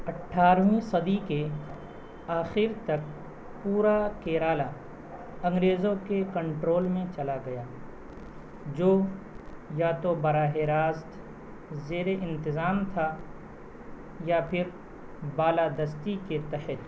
اٹھارویں صدی کے آخر تک پورا کیرالہ انگریزوں کے کنٹرول میں چلا گیا جو یا تو براہِ راست زیر انتظام تھا یا پھر بالا دستی کے تحت